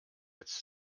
jetzt